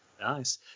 Nice